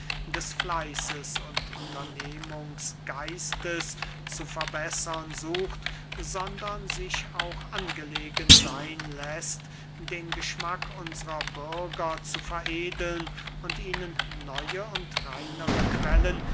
des fleißes und unternehmungsgeistes zu verbessern sucht sondern sich auch angelegen seyn läßt den geschmack unsrer bürger zu veredeln und ihnen neue und reinere quellen